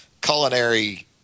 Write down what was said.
culinary